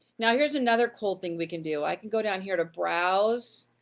now, here's another cool thing we can do. i can go down here to browse,